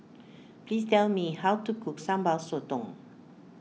please tell me how to cook Sambal Sotong